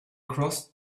crossed